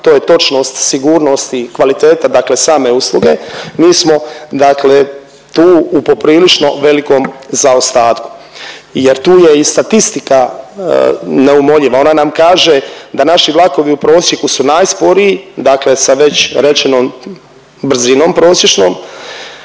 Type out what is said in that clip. to je točnost, sigurnost i kvaliteta, dakle same usluge. Mi smo dakle, tu u poprilično velikom zaostatku, jer tu je i statistika neumoljiva. Ona nam kaže da naši vlakovi u prosjeku su najsporiji, dakle sa već rečenom brzinom prosječnom.